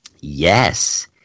yes